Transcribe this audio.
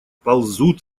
ползут